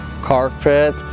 carpet